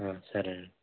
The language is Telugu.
సరేనండి